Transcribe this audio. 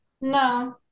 No